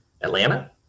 Atlanta